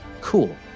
Cool